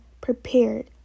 prepared